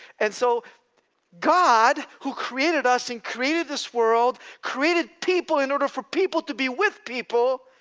and so god, who created us and created this world, created people in order for people to be with people,